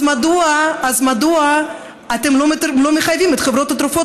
אז מדוע אתם לא מחייבים את חברות התרופות